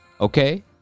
Okay